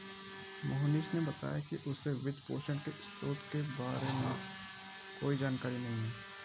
मोहनीश ने बताया कि उसे वित्तपोषण के स्रोतों के बारे में कोई जानकारी नही है